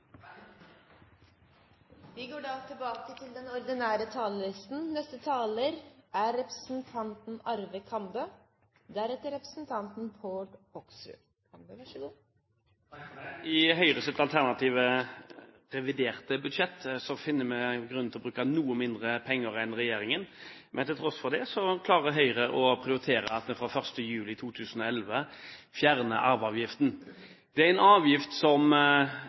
er avsluttet. I Høyres alternative reviderte budsjett finner vi grunn til å bruke noe mindre penger enn regjeringen. Men til tross for det klarer Høyre å prioritere at man fra 1. juli 2011 fjerner arveavgiften. Det er en avgift som